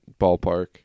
ballpark